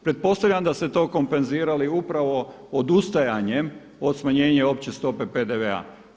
Pretpostavljam da ste to kompenzirali upravo odustajanjem od smanjenja opće stope PDV-a.